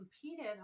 competed